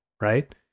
right